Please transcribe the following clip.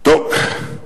טוב,